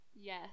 Yes